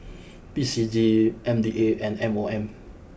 P C G M D A and M O M